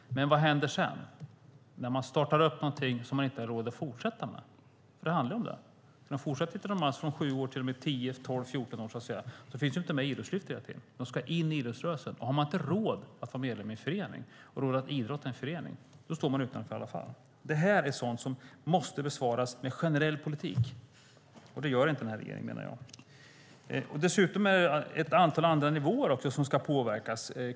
Men vad händer sedan, när man startar upp någonting man inte har råd att fortsätta med? Det handlar ju om det. Fortsätter man att titta på från att de är sju till att de är tio, tolv och fjorton ser man att Idrottslyftet inte finns med. De ska in i idrottsrörelsen. Har man inte råd att vara medlem och idrotta i en förening står man utanför i alla fall. Det här är sådant som måste besvaras med generell politik, och det gör inte den här regeringen, menar jag. Dessutom är det ett antal andra nivåer som ska påverkas.